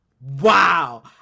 Wow